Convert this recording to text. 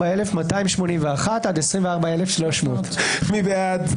24,281 עד 24,300. מי בעד?